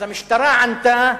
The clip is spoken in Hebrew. אז המשטרה ענתה: